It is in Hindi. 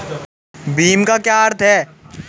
भीम का क्या अर्थ है?